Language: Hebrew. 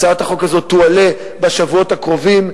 הצעת החוק הזו תועלה בשבועות הקרובים.